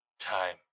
time